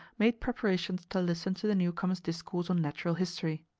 made preparations to listen to the newcomer's discourse on natural history.